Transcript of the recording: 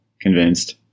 convinced